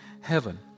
heaven